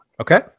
Okay